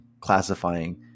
classifying